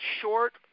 short